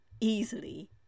easily